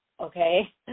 okay